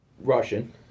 Russian